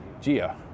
Gia